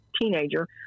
teenager